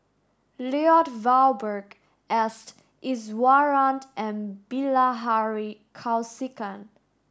Lloyd Valberg S Iswaran and Bilahari Kausikan